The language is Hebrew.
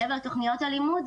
מעבר לתוכניות הלימוד,